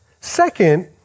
Second